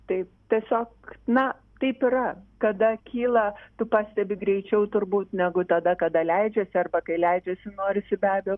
taip tiesiog na taip yra kada kyla tu pastebi greičiau turbūt negu tada kada leidžiasi arba kai leidžiasi norisi be abejo